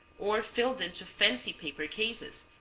or filled into fancy paper cases,